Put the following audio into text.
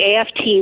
AFT